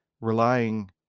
relying